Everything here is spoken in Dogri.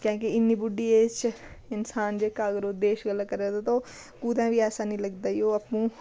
कैं कि इन्नी बुड्ढी ऐज च इंसान जेह्का अगर ओह् देश गल्लै करा दा तां ओह् कुतै बी ऐसा नी लगदा कि ओह् आपूं